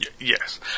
Yes